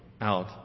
out